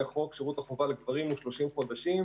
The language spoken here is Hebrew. החוק שירות החובה לגברים הוא 30 חודשים,